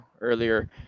earlier